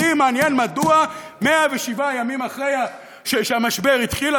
אותי מעניין מדוע 107 ימים אחרי שהמשבר התחיל,